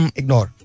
ignore